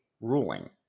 ruling